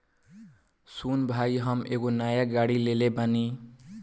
सुन भाई हम नाय गाड़ी लेले बानी